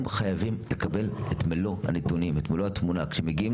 הם חייבים לקבל את מלוא הנתונים, את התמונה כולה.